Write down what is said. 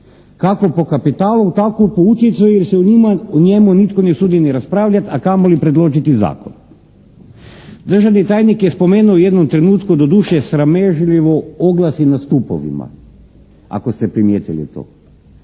kako po kapitalu tako po utjecaju jer se o njemu nitko ne usudi ni raspravljat a kamoli predložiti zakon. Državni tajnik je spomenuo u jednom trenutku doduše sramežljivo, oglasi na stupovima, ako ste primijetili to.